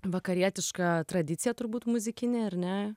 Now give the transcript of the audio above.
vakarietiška tradicija turbūt muzikinė ar ne